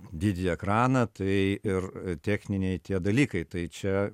didįjį ekraną tai ir techniniai tie dalykai tai čia